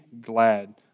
glad